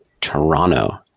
Toronto